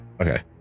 Okay